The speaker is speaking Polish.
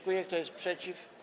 Kto jest przeciw?